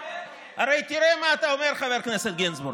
הרי תראה מה אתה אומר, חבר הכנסת גינזבורג.